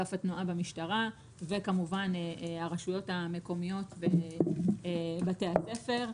אגף התנועה במשטרה וכמובן הרשויות המקומיות ובתי הספר.